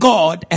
God